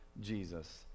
Jesus